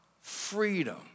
freedom